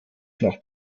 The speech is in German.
nach